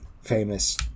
famous